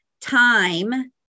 time